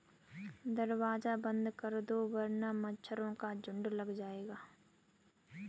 दरवाज़ा बंद कर दो वरना मच्छरों का झुंड लग जाएगा